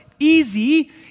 easy